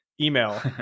email